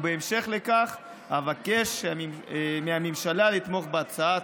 ובהמשך לכך אבקש מהכנסת לתמוך בהצעה.